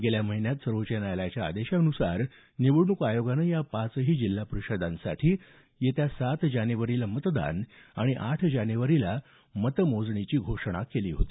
गेल्या महिन्यात सर्वोच्च न्यायालयाच्या आदेशानुसार निवडणूक आयोगानं या पाचही जिल्हा परिषदांसाठी सात जानेवारीला मतदान आणि आठ जानेवारीला मतमोजणीची घोषणा केली होती